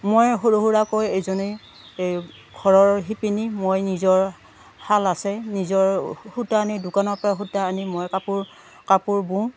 মই সৰু সুৰাৰাকৈ এজনী এই ঘৰৰ শিপিনী মই নিজৰ শাল আছে নিজৰ সূতা আনি দোকানৰ পৰা সূতা আনি মই কাপোৰ কাপোৰ বওঁ